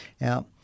Now